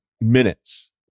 minutes